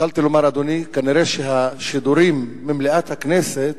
התחלתי לומר, אדוני, נראה שהשידורים ממליאת הכנסת